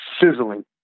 sizzling